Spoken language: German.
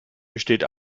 besteht